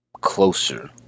closer